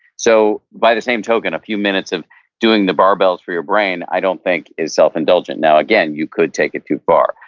so by the same token, a few minutes of doing the barbells for your brain, i don't think is self indulgent, now, again, you could take it too far.